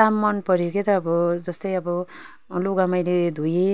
काम मन पर्यो के त अब जस्तै अब लुगा मैले धोएँ